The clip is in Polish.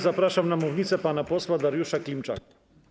Zapraszam na mównicę pana posła Dariusza Klimczaka.